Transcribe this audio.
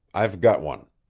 i've got one.